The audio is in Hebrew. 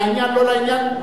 לעניין או לא לעניין,